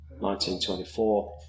1924